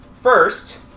First